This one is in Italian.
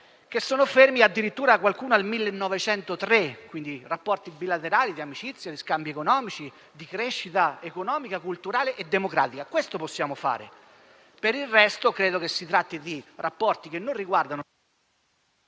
sono fermi addirittura al 1903; mi riferisco ai rapporti bilaterali di amicizia, di scambio economico, di crescita economica, culturale e democratica. Questo possiamo fare; per il resto, credo si tratti di rapporti che non riguardano